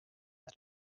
that